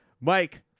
Mike